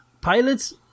pilots